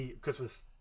Christmas